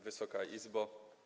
Wysoka Izbo!